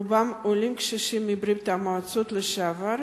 רובם עולים קשישים מברית-המועצות לשעבר,